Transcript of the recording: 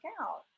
out